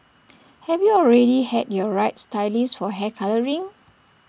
have you already had your right stylist for hair colouring